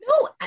no